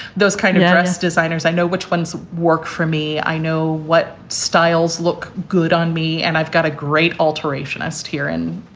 those kind of dress designers. i know which ones work for me. i know what styles look good on me. and i've got a great alt. and list here. and,